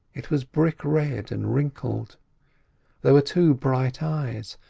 it was brick-red and wrinkled there were two bright eyes,